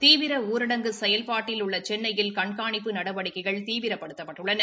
தீவிர ஊரடங்கு செயல்பாட்டில் உள்ள சென்னையில் கண்காணிப்பு நடவடிக்கைகள் தீவிரப்படுத்தப்பட்டுள்ளன